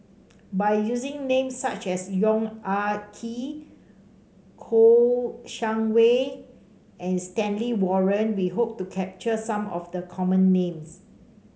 by using names such as Yong Ah Kee Kouo Shang Wei and Stanley Warren we hope to capture some of the common names